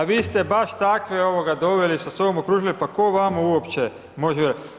A vi ste baš takve doveli sa sobom, okružili, pa tko vama uopće vjerovati?